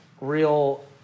real